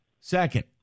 Second